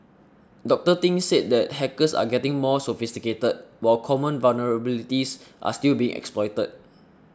Doctor Thing said the hackers are getting more sophisticated while common vulnerabilities are still being exploited